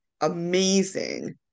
amazing